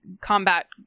combat